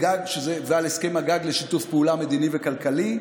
ועל הסכם הגג לשיתוף פעולה מדיני וכלכלי.